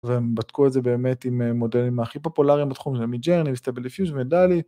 והם בדקו את זה באמת עם מודלים הכי פופולריים בתחום זה מג'רני, מסטאבל דפיוזן, ומדלי.